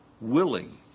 willing